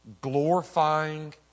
glorifying